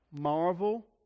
Marvel